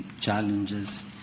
challenges